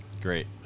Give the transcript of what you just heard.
Great